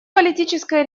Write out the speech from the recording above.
политическая